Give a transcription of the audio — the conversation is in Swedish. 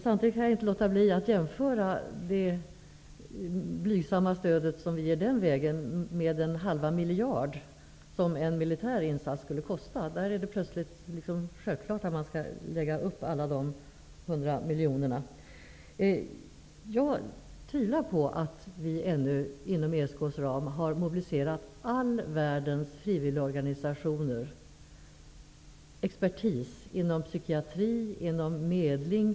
Samtidigt kan jag inte låta bli att jämföra det blygsamma stöd som vi den vägen ger med de 0,5 miljarder som en militär insats skulle kosta. Då är det plötsligt liksom självklart att lägga upp alla de Jag tvivlar på att vi ännu inom ESK:s ram har mobiliserat all världens frivilligorganisationer. Det gäller expertis inom psykiatri och medling.